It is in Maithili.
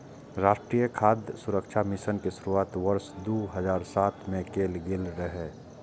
राष्ट्रीय खाद्य सुरक्षा मिशन के शुरुआत वर्ष दू हजार सात मे कैल गेल रहै